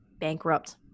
bankrupt